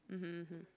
mmhmm mmhmm